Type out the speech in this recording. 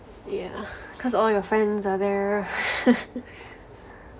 yeah cause all your friends are there